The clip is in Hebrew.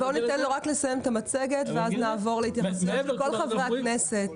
בואו נתן לו רק לסיים את המצגת ואז נעבור להתייחסות כל חברי הכנסת.